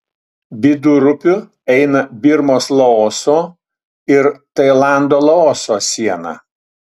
vidurupiu eina birmos laoso ir tailando laoso siena